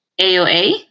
AOA